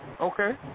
Okay